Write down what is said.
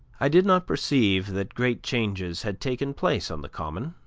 i did not perceive that great changes had taken place on the common,